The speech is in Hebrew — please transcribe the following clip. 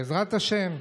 בעזרת השם.